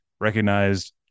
recognized